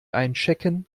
einchecken